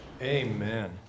Amen